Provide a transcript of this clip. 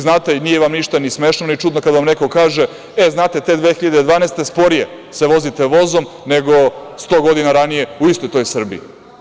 Znate, nije vam ništa ni smešno ni čudno kada vam neko kaže – znate, te 2012. godine sporije se vozite vozom nego 100 godina ranije u istoj toj Srbiji.